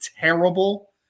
terrible